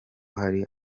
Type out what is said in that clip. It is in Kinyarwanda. hari